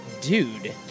Dude